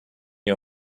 you